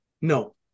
No